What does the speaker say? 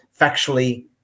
factually